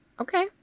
Okay